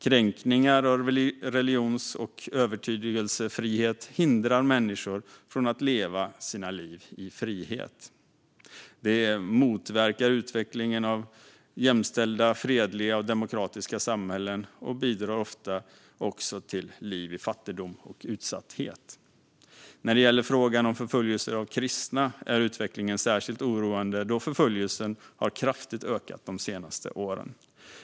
Kränkningar av religions och övertygelsefriheten hindrar människor från att leva sina liv i frihet, motverkar utvecklingen av jämställda, fredliga och demokratiska samhällen och bidrar också ofta till liv i fattigdom och utsatthet. När det gäller frågan om förföljelse av kristna är utvecklingen särskilt oroande då förföljelsen har ökat kraftigt de senaste åren.